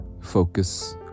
Focus